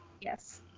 yes